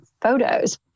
photos